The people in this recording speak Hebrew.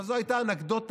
אבל זו הייתה אנקדוטה.